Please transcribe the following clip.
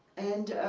and